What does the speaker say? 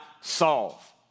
solve